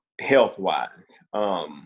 health-wise